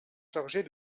chargés